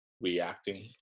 reacting